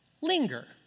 linger